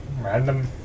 Random